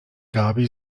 gaby